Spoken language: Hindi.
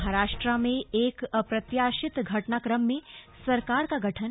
महाराष्ट्र में एक अप्रत्याशित घटनाक्रम में सरकार का गठन